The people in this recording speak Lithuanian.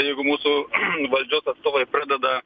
jeigu mūsų valdžios atstovai pradeda